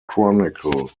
chronicle